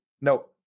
No